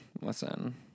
Listen